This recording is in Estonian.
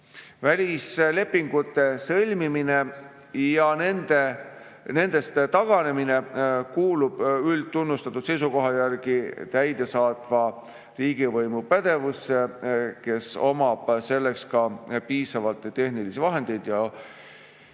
Välislepingute sõlmimine ja nendest taganemine kuulub üldtunnustatud seisukoha järgi täidesaatva riigivõimu pädevusse, kes omab selleks ka piisavalt tehnilisi vahendeid ja